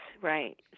Right